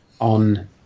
On